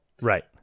Right